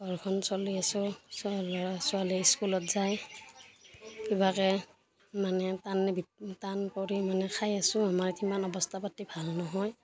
ঘৰখন চলি আছোঁ চলি ল'ৰা ছোৱালী স্কুলত যায় কিবাকে মানে টানি টান কৰি মানে খাই আছোঁ আমাৰ সিমান অৱস্থা পাতি ভাল নহয়